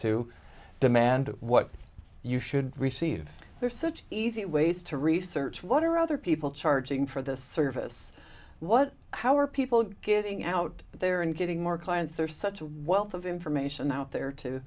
to demand what you should receive there such easy ways to research what are other people charging for the service what how are people getting out there and getting more clients there's such a wealth of information out there to